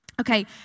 Okay